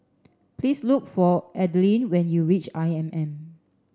please look for Adelyn when you reach I M M